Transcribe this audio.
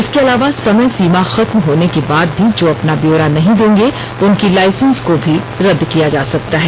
इसके अलावा समय सीमा खत्म होने के बाद भी जो अपना ब्योरा नहीं देंगे उनकी लाईसेन्स को भी रदद किया जा सकता है